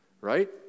right